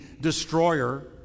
destroyer